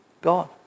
God